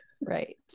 Right